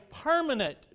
permanent